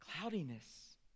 cloudiness